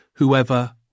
whoever